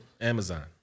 Amazon